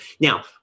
Now